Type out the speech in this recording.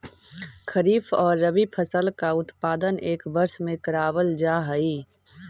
खरीफ और रबी फसल का उत्पादन एक वर्ष में करावाल जा हई